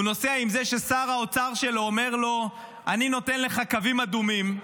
הוא נוסע עם זה ששר האוצר שלו אומר לו: אני נותן לך קווים אדומים,